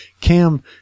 Cam –